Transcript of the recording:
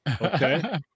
Okay